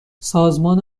سازمان